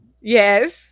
Yes